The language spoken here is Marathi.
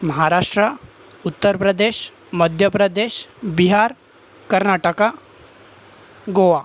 महाराष्ट्र उत्तर प्रदेश मध्य प्रदेश बिहार कर्नाटक गोवा